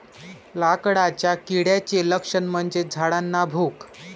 लाकडाच्या किड्याचे लक्षण म्हणजे झाडांना भोक